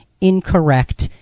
incorrect